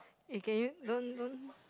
eh can you don't don't